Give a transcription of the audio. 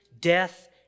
death